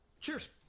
Cheers